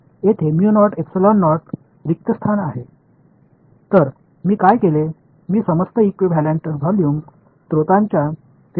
எனவே நான் என்ன செய்தேன் இந்த முழு தடையையும் இகுவெளன்ட் தொகுதி ஆதாரங்களின் தொகுப்பால் மாற்றியுள்ளேன்